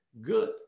good